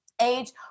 age